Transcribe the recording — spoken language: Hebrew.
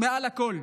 מעל הכול,